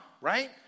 right